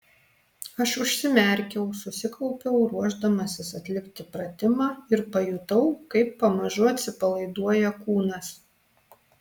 aš užsimerkiau susikaupiau ruošdamasis atlikti pratimą ir pajutau kaip pamažu atsipalaiduoja kūnas